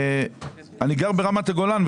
אני גר ברמת הגולן,